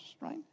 right